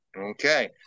Okay